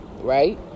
right